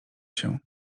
się